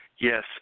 Yes